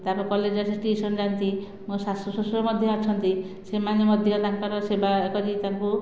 ତାପରେ କଲେଜ ରୁ ଆସି ଟିଉସନ୍ ଯାଆନ୍ତି ମୋ ଶାଶୁ ଶଶୁର ମଧ୍ୟ ଅଛନ୍ତି ସେମାନେ ମଧ୍ୟ ତାଙ୍କର ସେବା କରି ତାଙ୍କୁ